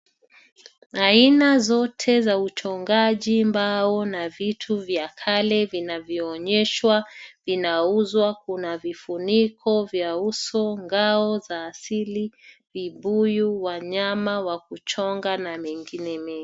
Aina zote za uchongaji mbao na vitu vya kale vinavyoonyeshwa vinauzwa. Kuna vifuniko vya uso, ngao za asili, vibuyu, wanyama wa kuchonga na mengine mengi.